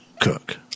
cook